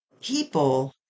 people